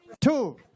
Two